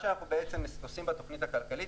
אנחנו עושים שני דברים בתוכנית הכלכלית.